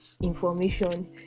information